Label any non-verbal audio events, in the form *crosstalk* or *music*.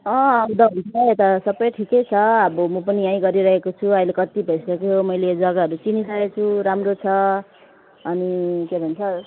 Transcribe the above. अँ अब *unintelligible* यता सबै ठिकै छ अब म पनि यहीँ गरिरहेको छु अहिले कति भइसक्यो मैले यो जग्गाहरू चिनिसके छु राम्रो छ अनि के भन्छ